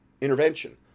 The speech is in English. intervention